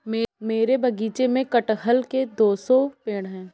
मेरे बगीचे में कठहल के दो सौ पेड़ है